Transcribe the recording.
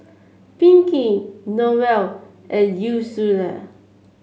Pinkey Noelle and Ursula